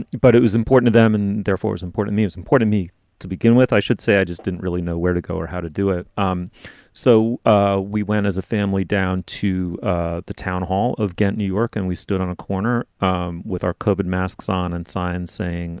but it was important to them and therefore is important moves in puerto mi to begin with, i should say. i just didn't really know where to go or how to do it. um so ah we went as a family down to the town hall of ghent, new york, and we stood on a corner um with our koban masks on and signs saying